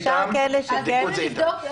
אז תנו לי לבדוק.